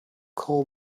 call